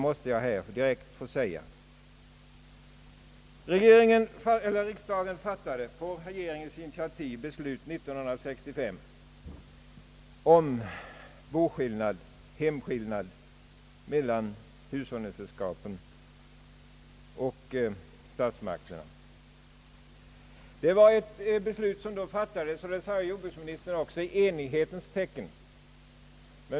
På regeringens initiativ fattade riksdagen år 1965 beslut om hemskillnad mellan hushållningssällskapen och statsmakterna. Det var ett beslut i enighetens tecken, vilket jordbruksministern också framhöll.